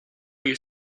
you